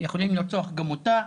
יכולים לרצוח גם אותה,